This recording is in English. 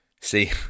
See